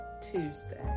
Tuesday